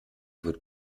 wird